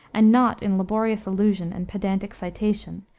and not in laborious allusion and pedantic citation,